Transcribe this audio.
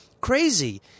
Crazy